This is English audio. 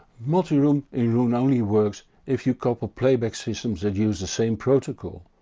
multi-room in roon only works if you couple playback systems that use the same protocol,